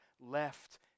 left